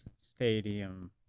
Stadium